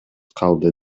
калды